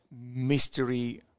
mystery